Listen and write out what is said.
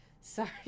Sorry